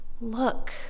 look